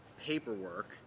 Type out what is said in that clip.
paperwork